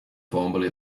formally